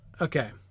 Okay